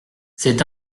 c’est